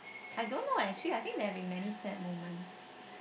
I don't know leh actually I think there have been many sad moments